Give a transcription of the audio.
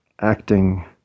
acting